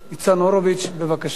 ניצן הורוביץ, בבקשה.